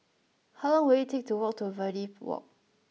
how long will it take to walk to Verde Walk